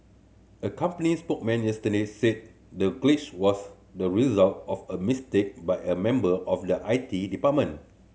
a company spokesman yesterday said the glitch was the result of a mistake by a member of the I T department